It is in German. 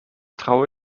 traue